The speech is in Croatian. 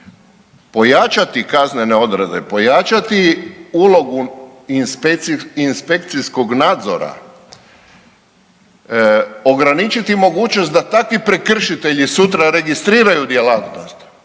Pojačati kaznene odredbe, pojačati ulogu inspekcijskog nadzora, ograničiti mogućnost da takvi prekršitelji sutra registriraju djelatnost